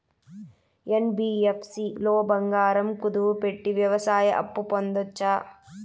NBFC లో బంగారం కుదువు పెట్టి వ్యవసాయ అప్పు పొందొచ్చా?